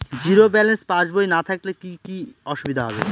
Zero balance পাসবই না থাকলে কি কী অসুবিধা হবে?